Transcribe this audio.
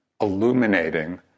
illuminating